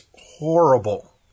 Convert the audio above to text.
horrible